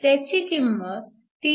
त्याची किंमत 3